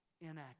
inactive